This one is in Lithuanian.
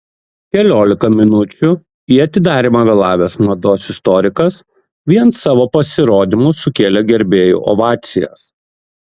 keliolika minučių į atidarymą vėlavęs mados istorikas vien savo pasirodymu sukėlė gerbėjų ovacijas